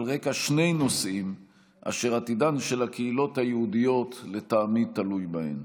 על רקע שני נושאים אשר עתידן של הקהילות היהודיות לטעמי תלוי בהם.